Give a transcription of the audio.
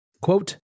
Quote